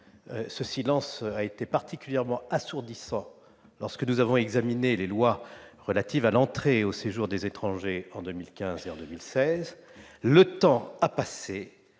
Ce silence est devenu particulièrement assourdissant lorsque nous avons examiné les textes relatifs à l'entrée et au séjour des étrangers, en 2015 et en 2016. Le temps a passé,